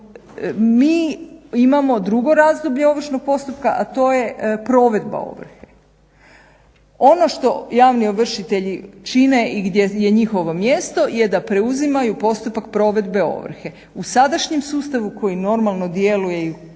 mi imamo drugo razdoblje ovršnog postupka a to je provedba ovrhe. Ono što javni ovršitelji čine i gdje je njihovo mjesto je da preuzimaju postupak provedbe ovrhe. U sadašnjem sustavu koji normalno djeluje i koji